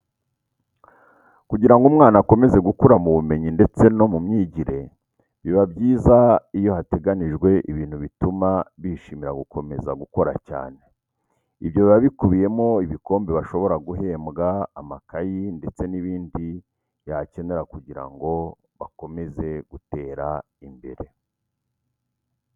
Kugira ngo umwana akomeze gukura mu bumenyi ndetse no mu myigire, biba byiza iyo hateganyijwe ibintu bituma bishimira gukomeza gukora cyane. Ibyo biba bikubiyemo ibikombe bashobora guhembwa, amakayi ndetse n'ibindi yakenera kugira ngo bakomeze gutera imbere.